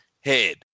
head